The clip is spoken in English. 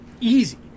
Easy